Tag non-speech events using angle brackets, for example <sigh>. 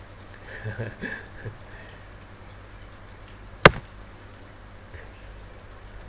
<noise>